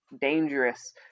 dangerous